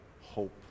hope